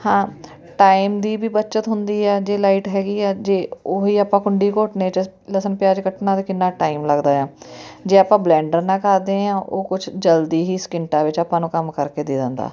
ਹਾਂ ਟਾਈਮ ਦੀ ਵੀ ਬੱਚਤ ਹੁੰਦੀ ਆ ਜੇ ਲਾਈਟ ਹੈਗੀ ਆ ਜੇ ਉਹੀ ਆਪਾਂ ਕੁੰਡੀ ਘੋਟਣੇ 'ਚ ਲਸਣ ਪਿਆਜ਼ ਕੱਟਣਾ ਤਾਂ ਕਿੰਨਾਂ ਟਾਈਮ ਲੱਗਦਾ ਆ ਜੇ ਆਪਾਂ ਬਲੈਂਡਰ ਨਾਲ ਕਰਦੇ ਹਾਂ ਉਹ ਕੁਛ ਜਲਦੀ ਹੀ ਸਕਿੰਟਾਂ ਵਿੱਚ ਆਪਾਂ ਨੂੰ ਕੰਮ ਕਰਕੇ ਦੇ ਦਿੰਦਾ